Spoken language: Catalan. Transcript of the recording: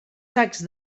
sacs